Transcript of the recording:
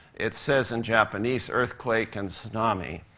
it says, in japanese, earthquake and tsunami.